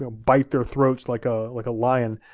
ah bite their throats like ah like a lion,